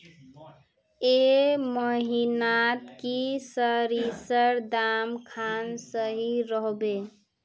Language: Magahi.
ए महीनात की सरिसर दाम खान सही रोहवे?